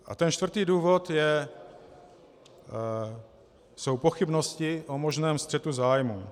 A ten čtvrtý důvod jsou pochybnosti o možném střetu zájmů.